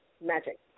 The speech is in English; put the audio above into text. magic